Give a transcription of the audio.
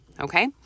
okay